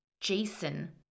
Jason